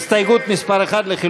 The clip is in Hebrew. ההסתייגות מס' 1 לא התקבלה.